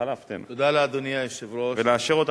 תודה לאדוני היושב-ראש.